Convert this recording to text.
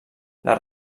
les